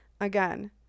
Again